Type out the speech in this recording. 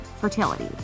fertility